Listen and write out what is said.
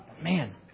Man